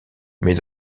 mais